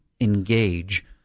engage